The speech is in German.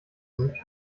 sind